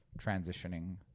transitioning